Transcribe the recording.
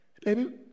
baby